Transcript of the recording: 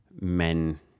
men